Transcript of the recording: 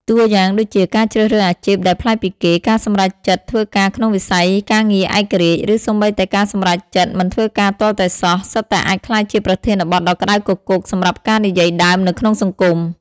តួយ៉ាងដូចជា ការជ្រើសរើសអាជីពដែលប្លែកពីគេ ការសម្រេចចិត្តធ្វើការក្នុងវិស័យការងារឯករាជ្យ ឬសូម្បីតែការសម្រេចចិត្តមិនធ្វើការទាល់តែសោះ សុទ្ធតែអាចក្លាយជាប្រធានបទដ៏ក្ដៅគគុកសម្រាប់ការនិយាយដើមនៅក្នុងសង្គម។